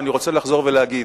ואני רוצה לחזור ולהגיד: